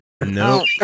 no